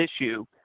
issue